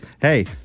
hey—